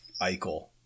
Eichel